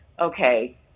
okay